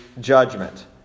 judgment